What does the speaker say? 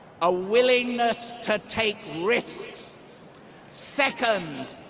a willingness to take risks second,